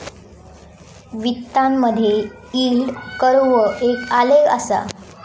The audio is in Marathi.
वित्तामधे यील्ड कर्व एक आलेख असा